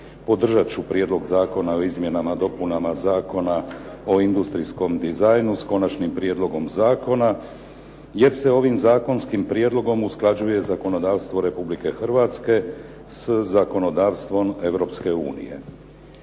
podržat ću Prijedlog zakona o izmjenama i dopunama Zakona o industrijskom dizajnu, s konačnim prijedlogom zakona jer se ovim zakonskim prijedlogom usklađuje zakonodavstvo Republike Hrvatske sa zakonodavstvom Europske unije.